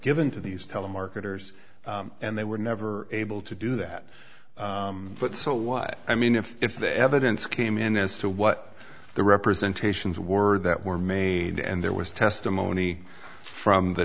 given to these telemarketers and they were never able to do that but so what i mean if the evidence came in as to what the representation is word that were made and there was testimony from the